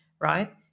Right